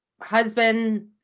husband